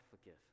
forgive